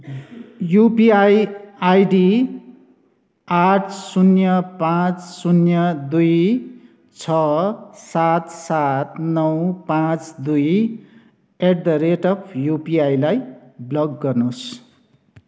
UPI ID आठ शून्य पाँच शून्य दुई छ सात सात नौ पाँच दुई एट द रेट अफ् युपिआईलाई ब्लक गर्नुहोस्